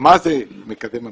מה זה מקדם המילוי?